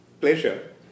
pleasure